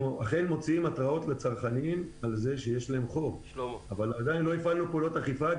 אנחנו מוציאים התראות חוב לצרכנים אבל עדיין לא הפעלנו פעולות אכיפה,